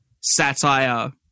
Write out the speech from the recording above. satire